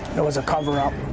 there was a cover-up.